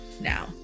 Now